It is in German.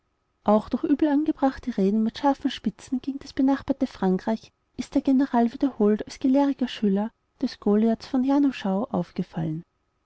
auch durch übel angebrachte reden mit scharfen spitzen gegen das benachbarte frankreich ist der general wiederholt als gelehriger schüler des goliaths von januschau aufgefallen